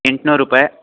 ಎಂಟ್ನೂರು ರುಪಾಯ್